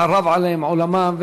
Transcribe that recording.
חרב עליהם עולמם,